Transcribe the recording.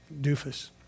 doofus